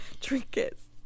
trinkets